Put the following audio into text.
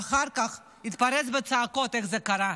ואחר כך התפרץ בצעקות: איך זה קרה.